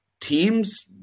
teams